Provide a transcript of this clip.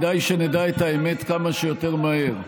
לכן כדאי שנדע את האמת כמה שיותר מהר.